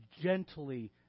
gently